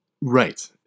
Right